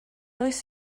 oes